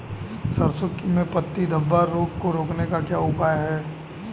सरसों में पत्ती धब्बा रोग को रोकने का क्या उपाय है?